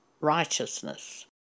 righteousness